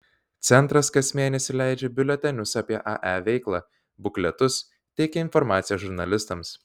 centras kas mėnesį leidžia biuletenius apie ae veiklą bukletus teikia informaciją žurnalistams